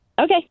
okay